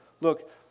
Look